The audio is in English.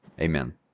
Amen